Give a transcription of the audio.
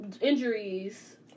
injuries